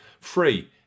Free